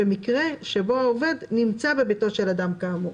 במקרה שבו העובד נמצא בביתו של אדם כאמור.